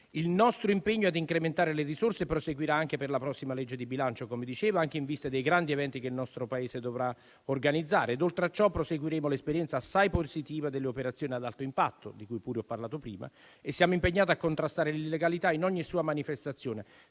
Il nostro impegno ad incrementare le risorse proseguirà anche nella prossima legge di bilancio, come dicevo, anche in vista dei grandi eventi che il nostro Paese dovrà organizzare. Oltre a ciò, proseguiremo l'esperienza assai positiva delle operazioni ad alto impatto, di cui pure ho parlato prima, e siamo impegnati a contrastare l'illegalità in ogni sua manifestazione,